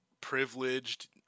privileged